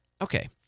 okay